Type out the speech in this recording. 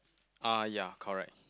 ah ya correct